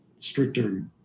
stricter